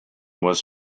was